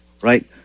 right